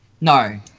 No